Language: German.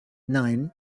nein